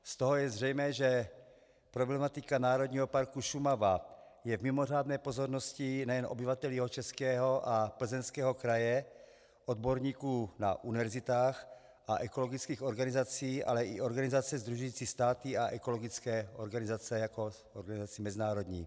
Z toho je zřejmé, že problematika Národního parku Šumava je v mimořádné pozornosti nejen obyvatel Jihočeského a Plzeňského kraje, odborníků univerzit a ekologických organizací, ale i organizací sdružujících státy a ekologické organizace mezinárodní.